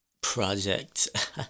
project